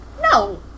No